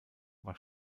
war